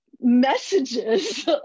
messages